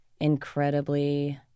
incredibly